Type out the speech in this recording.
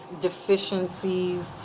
deficiencies